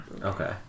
okay